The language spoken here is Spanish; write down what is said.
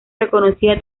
reconocida